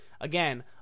Again